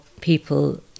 people